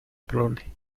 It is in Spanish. prole